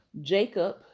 Jacob